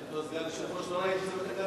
אני בתור סגן יושב-ראש לא ראיתי את זה בתקנון.